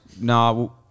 no